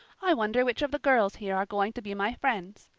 i wonder which of the girls here are going to be my friends.